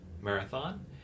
marathon